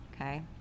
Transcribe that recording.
okay